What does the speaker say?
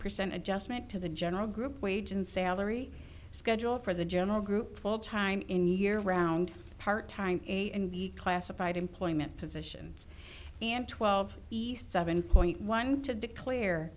percent adjustment to the general group wage and salary schedule for the general group full time in year round part time a and b classified employment positions and twelve east seven point one to declare